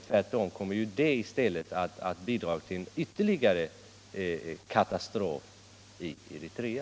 Tvärtom kommer den i stället att bidra till ytterligare lidanden i Eritrea.